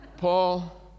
Paul